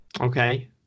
okay